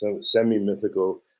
semi-mythical